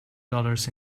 dollars